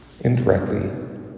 indirectly